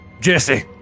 Jesse